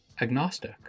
agnostic